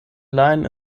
line